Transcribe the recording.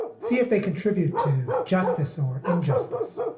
see if they contribute to justice or injustice.